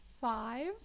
Five